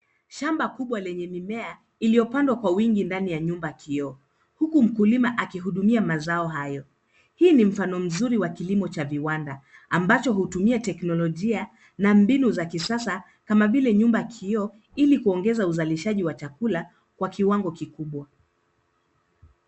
Shamba kubwa lenye mimea iliyopandwa kwa wingi ndani ya nyumba ya kioo huku mkulima akihudumia mazao hayo. Hii ni mfano mzuri wa kilimo cha viwanda ambacho hutumia teknolojia na mbinu za kisasa kama vile nyumba ya kioo ili kuongeza uzalishaji wa chakula kwa kiwango kikubwa.